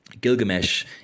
Gilgamesh